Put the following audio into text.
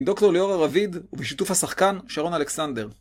עם דוקטור ליאורה רביד, ובשיתוף השחקן שרון אלכסנדר.